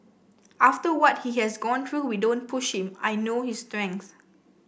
after what he has gone through we don't push him I know his strength